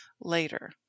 later